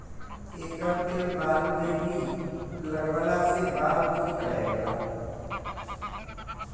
एकर तेल बाल में भी लगवला से बाल ठीक रहेला